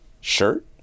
shirt